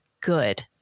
good